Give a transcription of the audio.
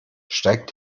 steigt